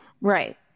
Right